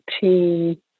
team